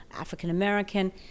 african-american